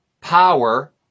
power